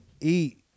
eat